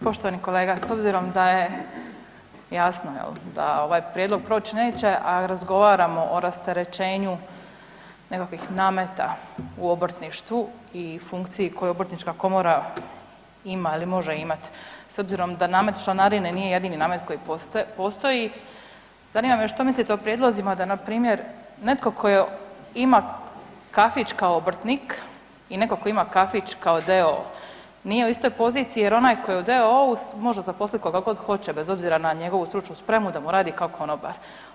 Poštovani kolega, s obzirom da je jasno da ovaj prijedlog proći neće, a razgovaramo o rasterećenju nekakvih nameta u obrtništvu i funkciji koju HOK ima ili može imat, s obzirom da namet članarine nije jedini namet koji postoji, zanima me što mislite o prijedlozima da npr. netko tko ima kafić kao obrtnik i netko tko ima kafić kao d.o.o. nije u istoj poziciji jer onaj tko je u d.o.o. može zaposliti koga god hoće bez obzira na njegovu stručnu spremu da mu radi kao konobar.